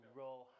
roll